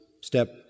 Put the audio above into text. step